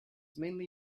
mainly